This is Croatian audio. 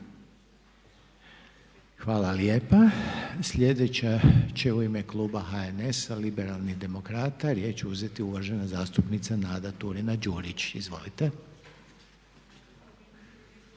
Hvala lijepa. Sljedeća će u ime kluba HNS-a Liberalnih demokrata riječ uzeti uvažena zastupnica Nada Turina-Đurić. Izvolite.